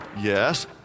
Yes